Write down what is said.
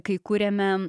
kai kuriame